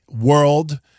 World